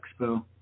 expo